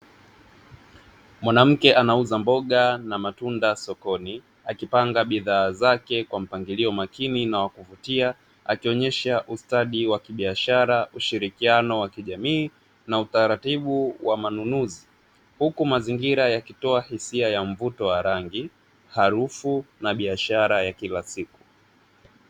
Mwanamke anauza mboga na matunda sokoni akipanga bidhaa zake kwa mpangilio makini na wa kuvutia akionyesha ustadi wa kibiashara ushirikiano wa kijamii na utaratibu wa manunuzi, huku mazingira yakitoa hisia ya mvuto wa rangi harufu na biashara ya kila siku.